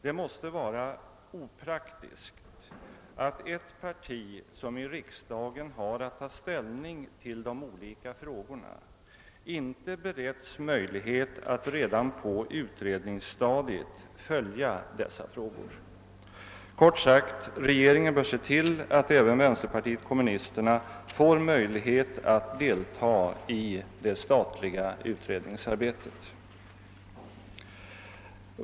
Det måste vara opraktiskt att ett parti som i riksdagen har att ta ställning till de olika frågorna inte beretts möjlighet att redan på utredningsstadiet följa desamma. Regeringen bör kort sagt se till att även vänsterpartiet kommunisterna får möjligheter att delta i det statliga utredningsarbetet.